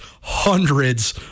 hundreds